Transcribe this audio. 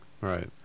Right